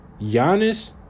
Giannis